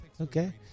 okay